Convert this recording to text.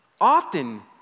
often